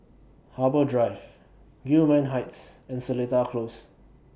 Harbour Drive Gillman Heights and Seletar Close